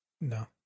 no